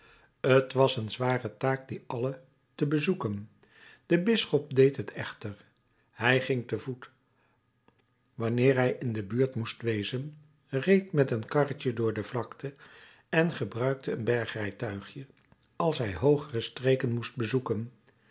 t was een zware taak die alle te bezoeken de bisschop deed het echter hij ging te voet wanneer hij in de buurt moest wezen reed met een karretje door de vlakte en gebruikte een bergrijtuigje als hij hoogere streken moest bezoeken